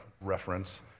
reference